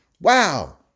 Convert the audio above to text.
Wow